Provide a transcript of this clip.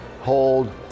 hold